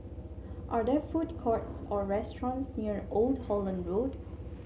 are there food courts or restaurants near Old Holland Road